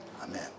Amen